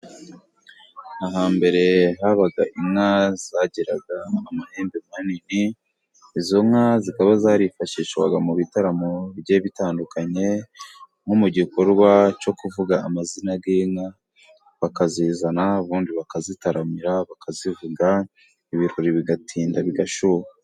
Hambere habaga inka zagiraga amahembe manini izo nka zikaba zarifashishwaga mu bitaramo bigiye bitandukanye; nko mu gikorwa cyo kuvuga amazina g'inka, bakazizana ubundi bakazitaramira bakazivuga ibirori bigatinda bigashyuha.